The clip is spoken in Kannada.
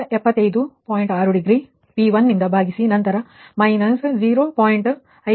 6 ಡಿಗ್ರಿ V1 ನಿಂದ ಭಾಗಿಸಿ ನಂತರ ಮೈನಸ್ 0